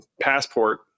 passport